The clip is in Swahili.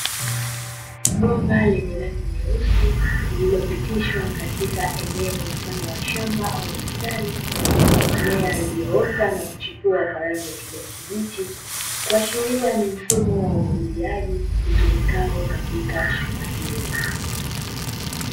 Bomba lenye rangi nyeusi lililopitishwa katika eneo mfano wa shamba au bustani, yenye mimea iliyoota na kuchipua kwa rangi ya kijani kibichi, kuashiria ni mfumo wa umwagiliaji, utumikao katika shamba hilo.